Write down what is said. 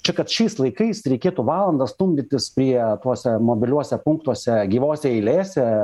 čia kad šiais laikais reikėtų valandą stumdytis prie tuose mobiliuose punktuose gyvose eilėse